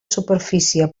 superfície